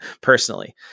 personally